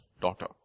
daughter